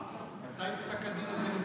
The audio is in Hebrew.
מתי פסק הדין הזה ניתן?